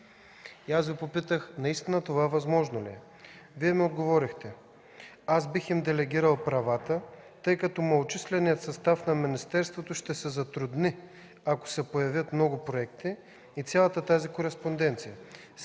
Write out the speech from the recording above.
И аз Ви попитах наистина това възможно ли е? Вие ми отговорихте: „Аз бих им делегирал правата, тъй като многочисленият състав на министерството ще се затрудни, ако се появят много проекти и цялата тази кореспонденция.